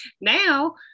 now